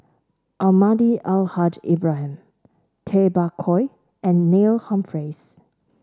Almahdi Al Haj Ibrahim Tay Bak Koi and Neil Humphreys